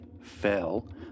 fell